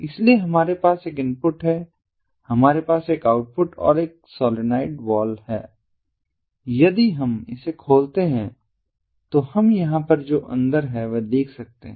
इसलिए हमारे पास एक इनपुट है हमारे पास एक आउटपुट और सोलनॉइड वाल्व है यदि हम इसे खोलते हैं तो हम यहां पर जो अंदर है वह देख सकते हैं